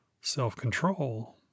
Self-control